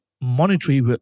monetary